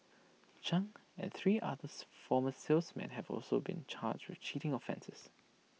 chung and three others former salesmen have also been charged with cheating offences